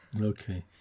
Okay